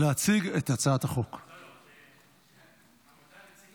אדוני היושב